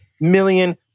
million